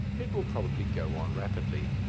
it will probably go on rapidly.